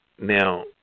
Now